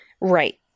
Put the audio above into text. right